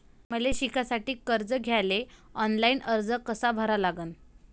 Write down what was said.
मले शिकासाठी कर्ज घ्याले ऑनलाईन अर्ज कसा भरा लागन?